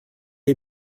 est